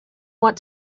want